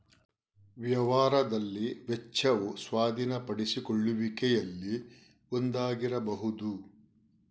ವ್ಯವಹಾರದಲ್ಲಿ ವೆಚ್ಚವು ಸ್ವಾಧೀನಪಡಿಸಿಕೊಳ್ಳುವಿಕೆಯಲ್ಲಿ ಒಂದಾಗಿರಬಹುದು